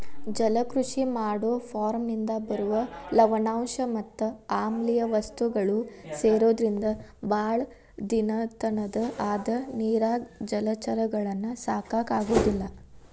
ಜಲಕೃಷಿ ಮಾಡೋ ಫಾರ್ಮನಿಂದ ಬರುವ ಲವಣಾಂಶ ಮತ್ ಆಮ್ಲಿಯ ವಸ್ತುಗಳು ಸೇರೊದ್ರಿಂದ ಬಾಳ ದಿನದತನ ಅದ ನೇರಾಗ ಜಲಚರಗಳನ್ನ ಸಾಕಾಕ ಆಗೋದಿಲ್ಲ